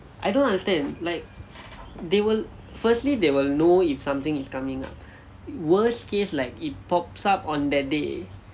I don't understand like they will firstly they will know if something is coming up worst case like it pops up on that day